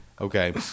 Okay